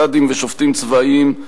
קאדים ושופטים צבאיים,